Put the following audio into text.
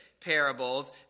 parables